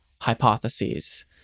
hypotheses